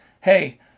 Hey